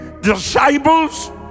disciples